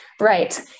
Right